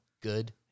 Good